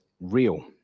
real